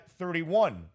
31